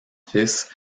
fils